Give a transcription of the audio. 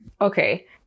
Okay